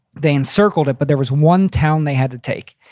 they encircled it, but there was one town they had to take.